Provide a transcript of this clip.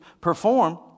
perform